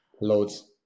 loads